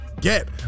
Get